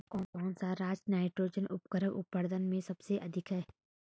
कौन सा राज नाइट्रोजन उर्वरक उत्पादन में सबसे अधिक है?